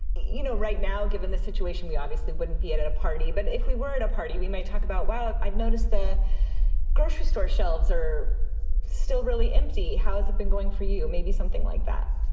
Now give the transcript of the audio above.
you know, right now, given the situation, we obviously wouldn't be at at a party. but if we were at a party, we might talk about, well, i've noticed the grocery store shelves are still really empty. how has it been going for you? maybe something like that.